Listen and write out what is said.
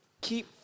keep